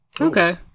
Okay